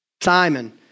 Simon